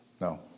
No